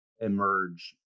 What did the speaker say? emerge